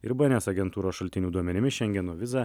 ir bns agentūros šaltinių duomenimis šengeno vizą